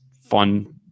fun